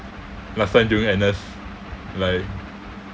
last time during N_S like